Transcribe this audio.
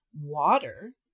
water